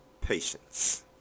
patience